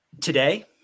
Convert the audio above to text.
today